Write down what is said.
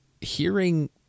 hearing